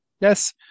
Yes